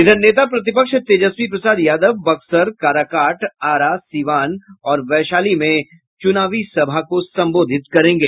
इधर नेता प्रतिपक्ष तेजस्वी प्रसाद यादव बक्सर काराकाट आरा सीवान और वैशाली में चुनाव प्रचार करेंगे